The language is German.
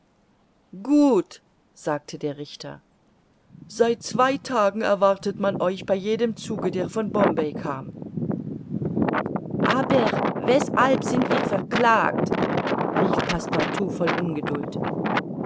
gut sagte der richter seit zwei tagen erwartete man euch bei jedem zuge der von bombay kam aber weshalb sind wir verklagt rief passepartout voll ungeduld